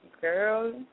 Girl